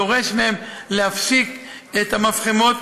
ודורש מהם להפסיק את המפחמות.